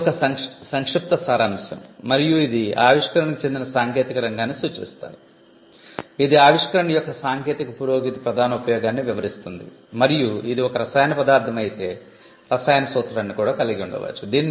ఇది ఒక సంక్షిప్త సారాంశం మరియు ఇది ఆవిష్కరణకు చెందిన సాంకేతిక రంగాన్ని సూచిస్తాయి ఇది ఆవిష్కరణ యొక్క సాంకేతిక పురోగతి ప్రధాన ఉపయోగాన్ని వివరిస్తుంది మరియు ఇది ఒక రసాయన పదార్ధం అయితే రసాయన సూత్రాన్ని కూడా కలిగి ఉండవచ్చు